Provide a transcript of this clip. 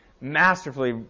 masterfully